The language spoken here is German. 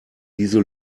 diese